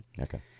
Okay